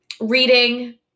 Reading